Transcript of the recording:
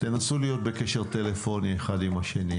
תנסו להיות בקשר טלפוני אחד עם השני,